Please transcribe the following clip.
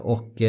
Och